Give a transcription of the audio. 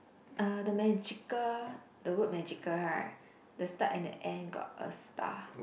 uh the magical the word magical right the start and the end got a star